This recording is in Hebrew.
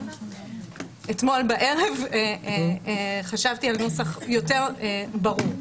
אתמול בערב חשבתי על נוסח יותר ברור.